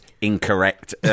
incorrect